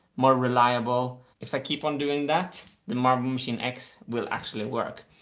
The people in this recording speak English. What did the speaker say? more reliable. if i keep on doing that the marble machine x will actually work.